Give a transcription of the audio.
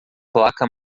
placa